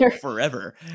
forever